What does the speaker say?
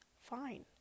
fine